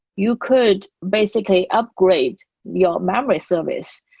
you could basically upgrade your memory service.